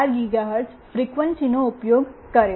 4 gigahertz ફ્રીક્વન્સીનો ઉપયોગ કરે છે